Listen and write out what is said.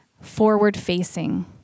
forward-facing